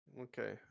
Okay